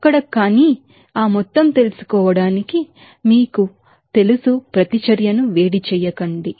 అక్కడ కానీ ఆ మొత్తం తెలుసుకోవడానికి ప్రతిచర్యను వేడి చేయండి